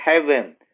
heaven